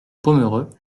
pomereux